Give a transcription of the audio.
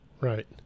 Right